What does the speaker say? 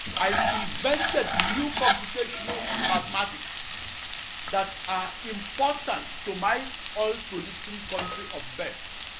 i invented new computational mathematics that are important to my oil-producing country of birth,